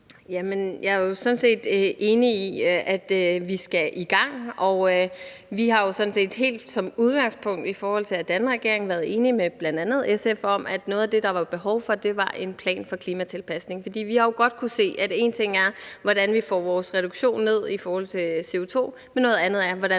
enig i, at vi skal i gang. Vi har sådan set helt som udgangspunkt i forhold til at danne regering været enige med bl.a. SF om, at noget af det, der var behov for, var en plan for klimatilpasning. For vi har jo godt kunnet se, at én ting er, hvordan vi får vores udledning af CO2 ned, men noget andet er, hvordan